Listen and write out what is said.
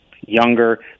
younger